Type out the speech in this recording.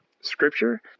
scripture